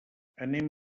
anem